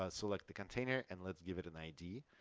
ah select the container and let's give it an id.